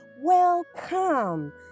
welcome